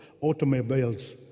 automobiles